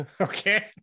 Okay